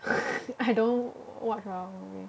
I don't kn~ what's wrong wi~